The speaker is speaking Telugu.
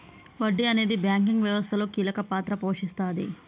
వడ్డీ అనేది బ్యాంకింగ్ వ్యవస్థలో కీలక పాత్ర పోషిస్తాది